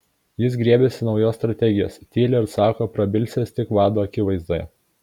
jis griebiasi naujos strategijos tyli ir sako prabilsiąs tik vado akivaizdoje